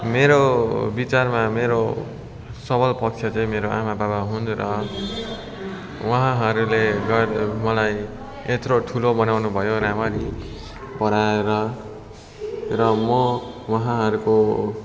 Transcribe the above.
मेरो विचारमा मेरो सबल पक्ष चाहिँ मेरो आमा बाबा हुन् र उहाँहरूले मलाई यत्रो ठुलो बनाउनुभयो राम्ररी पढाएर र म उहाँहरूको